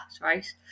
right